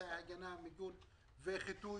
אמצעי מיגון וחיטוי,